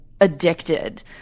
addicted